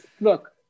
look